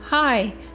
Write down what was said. Hi